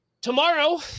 tomorrow